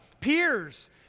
peers